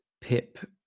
pip